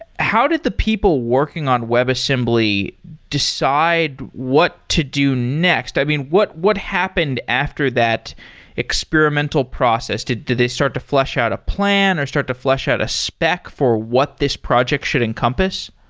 how did the people working on webassembly decide what to do next? i mean, what what happened after that experimental process? did they start to flesh out a plan or start to flesh out a spec for what this project should encompass?